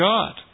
God